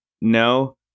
no